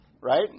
Right